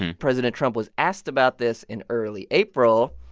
president trump was asked about this in early april.